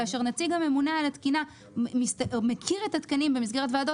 כאשר נציג הממונה על התקינה מכיר את התקנים במסגרת ועדות